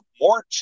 more